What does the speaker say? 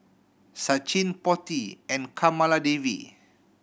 Sachin Potti and Kamaladevi